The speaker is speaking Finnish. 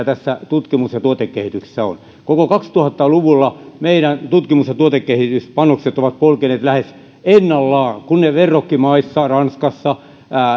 tässä tutkimus ja tuotekehityksessä on koko kaksituhatta luvun meidän tutkimus ja tuotekehityspanokset ovat polkeneet lähes ennallaan kun ne verrokkimaissa ranskassa